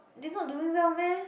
they not doing well meh